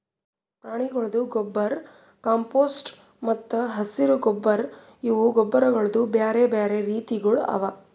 ಪ್ರಾಣಿಗೊಳ್ದು ಗೊಬ್ಬರ್, ಕಾಂಪೋಸ್ಟ್ ಮತ್ತ ಹಸಿರು ಗೊಬ್ಬರ್ ಇವು ಗೊಬ್ಬರಗೊಳ್ದು ಬ್ಯಾರೆ ಬ್ಯಾರೆ ರೀತಿಗೊಳ್ ಅವಾ